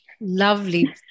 Lovely